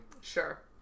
Sure